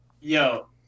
Yo